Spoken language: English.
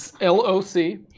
L-O-C